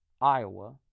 Iowa